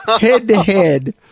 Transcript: head-to-head